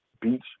Beach